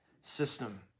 system